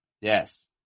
Yes